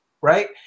right